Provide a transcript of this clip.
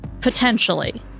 potentially